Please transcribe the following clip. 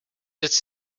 its